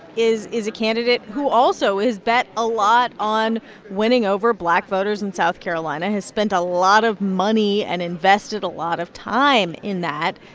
is is a candidate who also has bet a lot on winning over black voters in south carolina, has spent a lot of money and invested a lot of time in that.